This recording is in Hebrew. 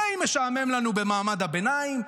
די משעמם לנו במעמד הביניים,